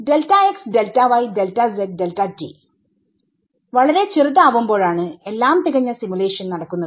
ളരെ ചെറുത് ആവുമ്പോഴാണ് എല്ലാം തികഞ്ഞ സിമുലേഷൻ നടക്കുന്നത്